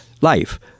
life